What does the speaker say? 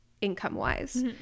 income-wise